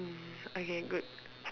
mm okay good